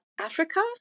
Africa